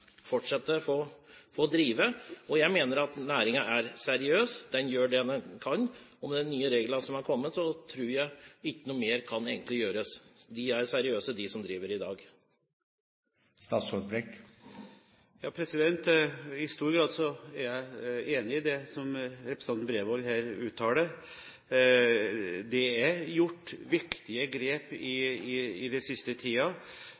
seriøs, den gjør det den kan, og med de nye reglene som har kommet, tror jeg egentlig ikke noe mer kan gjøres. De er seriøse, de som driver i dag. I stor grad er jeg enig i det som representanten Bredvold her uttaler. Det er gjort viktige grep i den siste